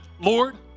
Lord